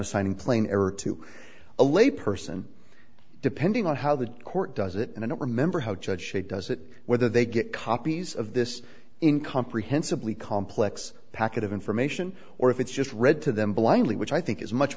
assigning plain error to a lay person depending on how the court does it and i don't remember how judge she does it whether they get copies of this in comprehensibly complex packet of information or if it's just read to them blindly which i think is much